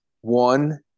One